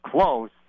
close